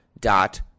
dot